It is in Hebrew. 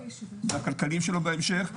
בכלכליים שלו בהמשך,